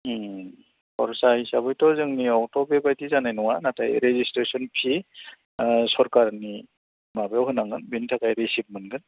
ओम खरसा हिसाबैथ' जोंनियावथ' बेबायदि जानाय नङा नाथाय रेजिस्ट्रेसन फि सरखारनि माबायाव होनांगोन बेनि थाखाय रिसिप्ट मोनगोन